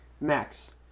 Max